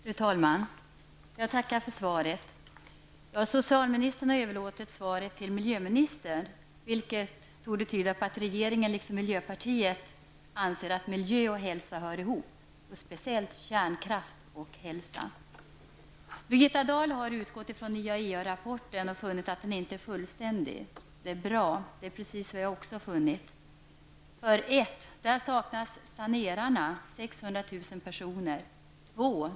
Fru talman! Jag tackar för svaret. Socialministern har överlåtit svaret till miljöministern, vilket torde tyda på att regeringen liksom miljöpartiet anser att miljö och hälsa hör ihop, speciellt kärnkraft och hälsa. Birgitta Dahl har utgått från IAEA-rapporten och funnit att den inte är fullständig. Det är bra. Det är precis vad jag också har funnit: 1. Där saknas sanerarna, 600 000 personer! 2.